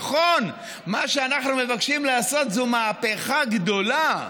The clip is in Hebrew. נכון, מה שאנחנו מבקשים לעשות זה מהפכה גדולה,